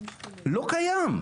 לא קיים.